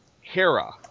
Hera